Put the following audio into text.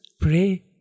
pray